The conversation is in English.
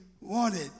wanted